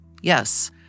Yes